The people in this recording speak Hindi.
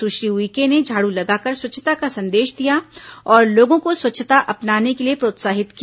सुश्री उइके ने झाड़ू लगाकर स्वच्छता का संदेश दिया और लोगों को स्वच्छता अपनाने के लिए प्रोत्साहित किया